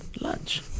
lunch